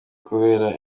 kubera